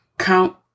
Count